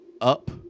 up